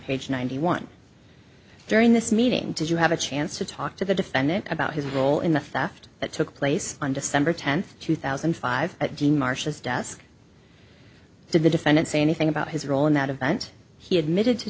page ninety one during this meeting did you have a chance to talk to the defendant about his role in the theft that took place on december tenth two thousand and five at dean marsh's desk did the defendant say anything about his role in that event he admitted to